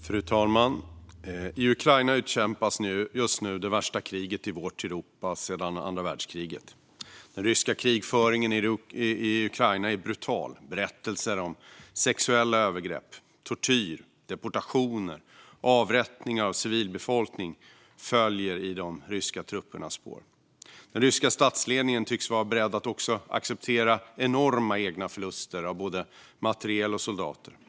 Fru talman! I Ukraina utkämpas just nu det värsta kriget i vårt Europa sedan andra världskriget. Den ryska krigföringen i Ukraina är brutal. Berättelser om sexuella övergrepp, tortyr, deportationer och avrättningar av civilbefolkning följer i de ryska truppernas spår. Den ryska statsledningen tycks också vara beredd att acceptera enorma egna förluster av både materiel och soldater.